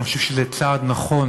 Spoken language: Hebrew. אני חושב שזה צעד נכון,